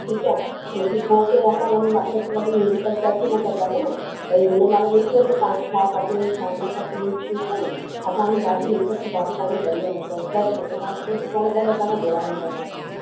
ठीकु आहे छो की पोइ हुते असां वरी वापिसि वरी एॾी परे त अची न सघंदासीं न भई उन ई महिल ॾिसी वठिजो तव्हांखे छा खपे छा न खपे ठीकु आहे असांजी भाॼी हिक हिक भाॼी तव्हांखे बढ़िया लॻंदव फ़्रेश लॻंदव तव्हां खुदि ई फ़ोन करे असां खां घुराईंदव भाॼियूं